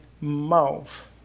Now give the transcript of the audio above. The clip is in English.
mouth